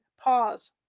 pause